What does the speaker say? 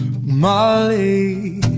Molly